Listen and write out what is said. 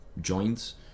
joints